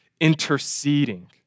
interceding